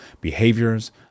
behaviors